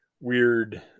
weird